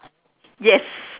yes